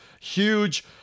Huge